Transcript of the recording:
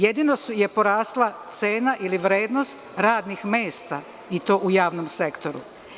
Jedino je porasla cena ili vrednost radnih mesta i to u javnom sektoru.